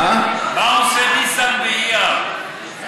מה עושה ניסן באייר?